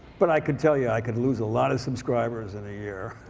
but i could tell you i could lose a lot of subscribers in a year.